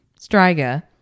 Striga